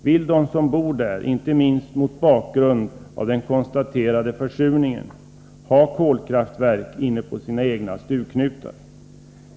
Vill de som bor där ha kolkraftverk inpå sina egna stugknutar?